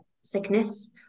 sickness